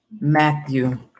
Matthew